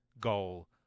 goal